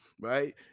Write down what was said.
right